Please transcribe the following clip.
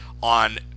on